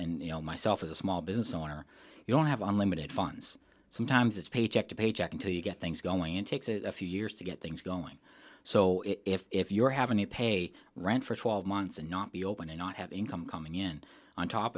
and you know myself as a small business owner you don't have unlimited funds sometimes it's paycheck to paycheck until you get things going it takes a few years to get things going so if you have any pay they rent for twelve months and not be open and not have income coming in on top